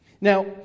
Now